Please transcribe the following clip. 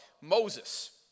Moses